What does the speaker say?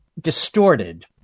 distorted